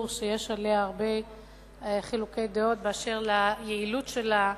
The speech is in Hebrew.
שיש הרבה חילוקי דעות באשר ליעילות שלה,